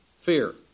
fear